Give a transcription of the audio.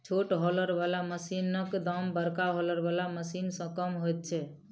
छोट हौलर बला मशीनक दाम बड़का हौलर बला मशीन सॅ कम होइत छै